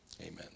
Amen